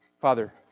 Father